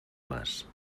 más